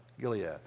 Gilead